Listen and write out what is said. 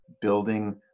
building